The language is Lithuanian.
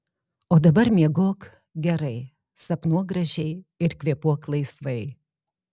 o dabar miegok gerai sapnuok gražiai ir kvėpuok laisvai